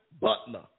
Butler